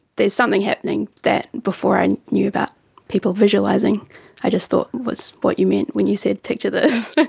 there's something happening that before i knew about people visualising i just thought was what you meant when you said picture this.